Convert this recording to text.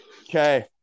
Okay